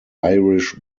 irish